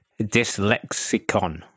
dyslexicon